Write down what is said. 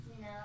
No